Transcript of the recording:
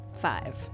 Five